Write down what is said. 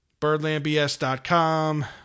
BirdlandBS.com